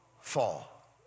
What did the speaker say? fall